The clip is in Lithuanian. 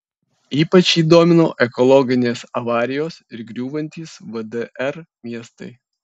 ypač jį domino ekologinės avarijos ir griūvantys vdr miestai